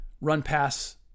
run-pass